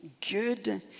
good